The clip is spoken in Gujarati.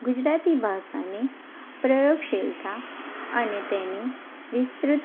ગુજરાતી ભાષાની પ્રયોગશિલતા અને તેની વિસ્તૃત